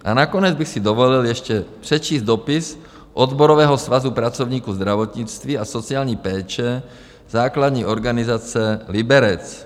A nakonec bych si dovolil ještě přečíst dopis Odborového svazu pracovníků zdravotnictví a sociální péče, základní organizace Liberec.